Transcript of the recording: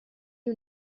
you